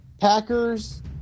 Packers